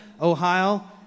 Ohio